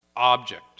object